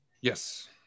yes